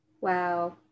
wow